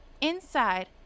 inside